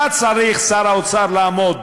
אתה צריך, שר האוצר, לעמוד